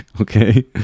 Okay